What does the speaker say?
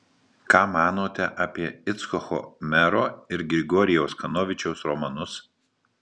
ką manote apie icchoko mero ir grigorijaus kanovičiaus romanus